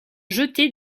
jeté